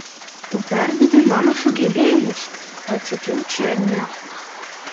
tu perdedi mano sugebėjimus atsakiau černiakui